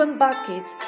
baskets